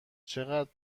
چقدر